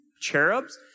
cherubs